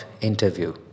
Interview